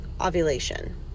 ovulation